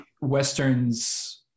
Westerns